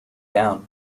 down